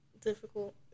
difficult